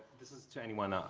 this is to anyone,